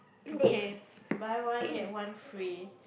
okay buy one get one free